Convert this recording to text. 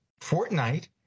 Fortnite